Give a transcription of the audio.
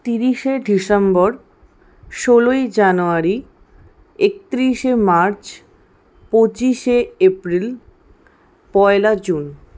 তিরিশে ডিসেম্বর ষোলোই জানোয়ারি একত্রিশে মার্চ পঁচিশে এপ্রিল পয়লা জুন